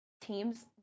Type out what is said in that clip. teams